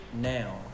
now